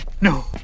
No